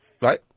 Right